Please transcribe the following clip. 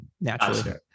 naturally